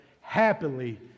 happily